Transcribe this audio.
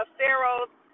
Pharaoh's